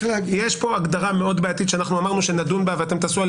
יש פה הגדרה מאוד בעייתית שאמרנו שנדון בה ואתם תעשו עליה